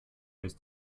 ist